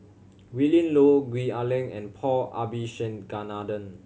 Willin Low Gwee Ah Leng and Paul Abisheganaden